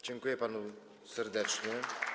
Dziękuję panu serdecznie.